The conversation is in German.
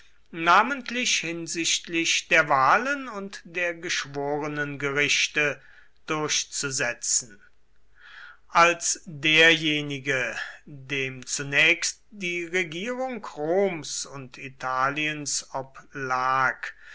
namentlich hinsichtlich der wahlen und der geschworenengerichte durchzusetzen als derjenige dem zunächst die regierung roms und italiens oblag